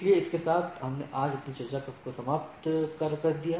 इसलिए इसके साथ हमने आज अपनी चर्चा को समाप्त कर दिया